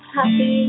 Happy